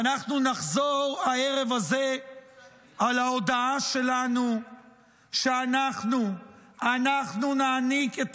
ואנחנו נחזור הערב הזה על ההודעה שלנו שאנחנו נעניק את